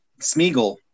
Smeagol